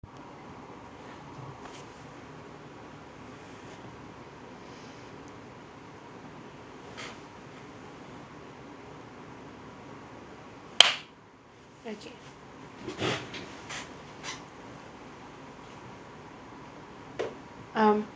okay um